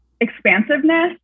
expansiveness